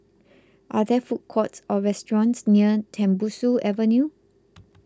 are there food courts or restaurants near Tembusu Avenue